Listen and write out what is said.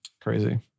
crazy